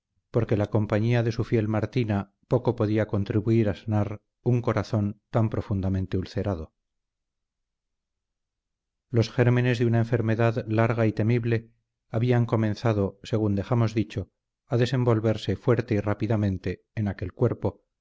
porque la compañía de su fiel martina poco podía contribuir a sanar un corazón tan profundamente ulcerado los gérmenes de una enfermedad larga y temible habían comenzado según dejamos dicho a desenvolverse fuerte y rápidamente en aquel cuerpo